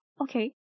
Okay